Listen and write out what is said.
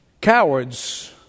Cowards